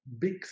big